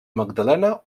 magdalena